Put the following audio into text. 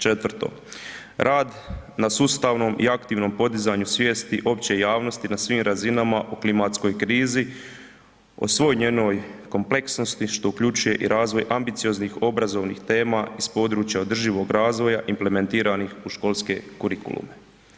Četvrto, rad na sustavnom i aktivnom podizanju svijesti opće javnosti na svim razinama o klimatskoj krizi o svoj njenoj kompleksnosti što uključuje i razvoj ambicioznih obrazovnih tema iz područja održivog razvoja implementiranih u školske kurikulume.